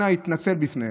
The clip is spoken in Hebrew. אנא, התנצל בפניהם.